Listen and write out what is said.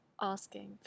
asking